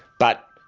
but,